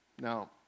now